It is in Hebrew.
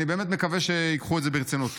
אני באמת מקווה שייקחו את זה ברצינות.